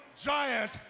giant